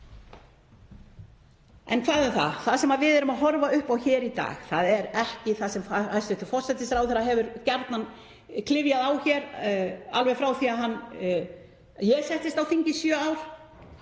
En hvað um það. Það sem við erum að horfa upp á hér í dag er ekki það sem hæstv. forsætisráðherra hefur gjarnan klifað á alveg frá því að ég settist á þing fyrir